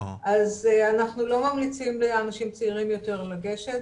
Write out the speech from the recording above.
אז אנחנו לא ממליצים לאנשים צעירים יותר לגשת,